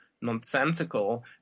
nonsensical